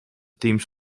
teams